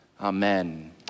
Amen